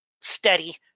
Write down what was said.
steady